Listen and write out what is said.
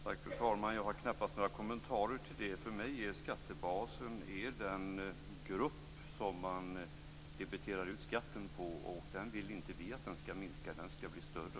Fru talman! Jag har knappast några kommentarer till det. För mig är skattebasen den grupp som man debiterar ut skatten på. Vi vill inte att den skall minska. Den skall bli större.